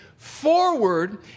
forward